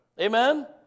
amen